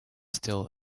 still